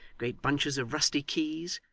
great bunches of rusty keys,